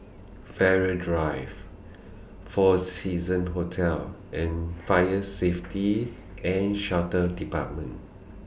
Farrer Drive four Seasons Hotel and Fire Safety and Shelter department